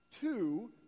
two